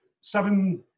seven